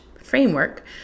framework